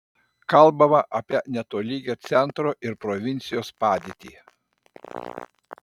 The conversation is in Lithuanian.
kalbama apie netolygią centro ir provincijos padėtį